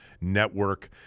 network